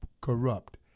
corrupt